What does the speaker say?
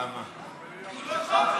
לא,